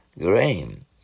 Grain